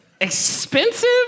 expensive